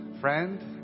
friend